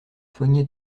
soignait